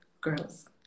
girls